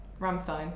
ramstein